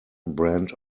brand